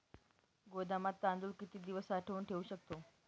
गोदामात तांदूळ किती दिवस साठवून ठेवू शकतो?